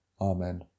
Amen